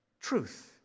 Truth